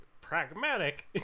pragmatic